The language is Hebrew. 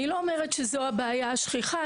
אני לא אומרת שזאת הבעיה השכיחה,